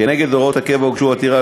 כנגד הוראות הקבע הוגשה עתירה,